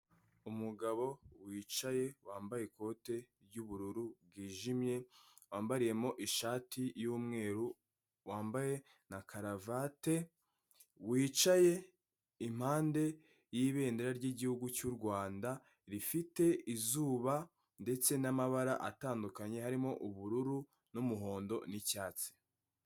Umugabo wicaye, wambaye ikote ry'ubururu bwijimye, wambariyemo ishati y'umweru, wambaye na karavate, wicaye impande y'ibendera ry'igihugu cy'u Rwanda rifite izuba ndetse n'amabara atandukanye; harimo ubururu n'umuhondo n'icyatsi.